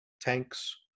tanks